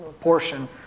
portion